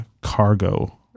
cargo